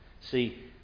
see